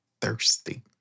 Thirsty